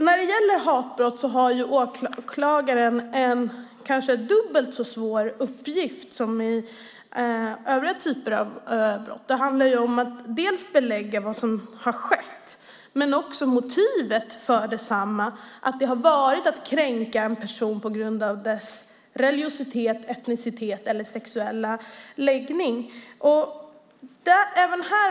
När det gäller hatbrott har åklagaren en kanske dubbelt så svår uppgift som vid övriga typer av brott. Man måste dels belägga vad som har skett, dels bevisa att motivet har varit att kränka en person på grund av religion, etnicitet eller sexuell läggning.